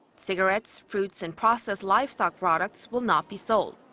cigarettes, fruits and processed livestock products will not be sold.